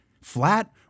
Flat